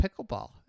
pickleball